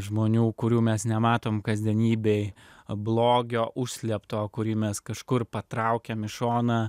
žmonių kurių mes nematom kasdienybėj blogio užslėpto kurį mes kažkur patraukėm į šoną